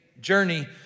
journey